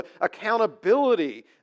accountability